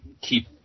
keep